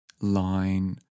line